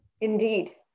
Indeed